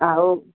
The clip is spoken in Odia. ଆଉ